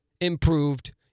improved